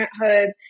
Parenthood